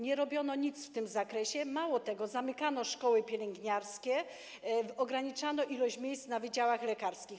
Nie robiono nic w tym zakresie, mało tego, zamykano szkoły pielęgniarskie, ograniczano ilość miejsc na wydziałach lekarskich.